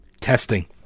Testing